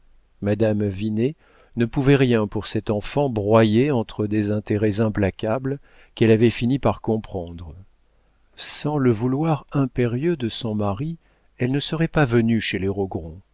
madame vinet ne pouvait rien pour cette enfant broyée entre des intérêts implacables qu'elle avait fini par comprendre sans le vouloir impérieux de son mari elle ne serait pas venue chez les